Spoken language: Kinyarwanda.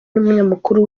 n’umunyamakuru